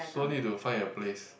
so need to find a place